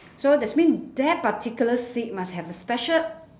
so that's mean that particular seat must have a special